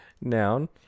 Noun